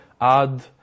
add